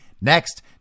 Next